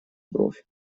бровь